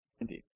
Indeed